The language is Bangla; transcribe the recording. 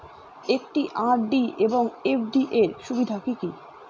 একটি আর.ডি এবং এফ.ডি এর সুবিধা কি কি?